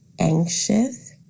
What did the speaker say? anxious